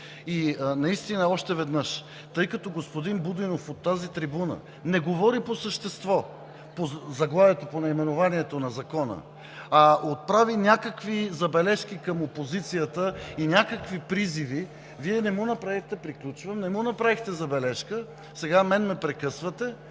И още веднъж – тъй като господин Будинов от тази трибуна не говори по същество, по заглавието, по наименованието на Закона, а отправи някакви забележки към опозицията и някакви призиви, Вие не му направихте забележка. Сега мен ме прекъсвате,